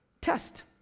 test